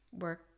work